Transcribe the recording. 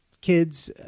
kids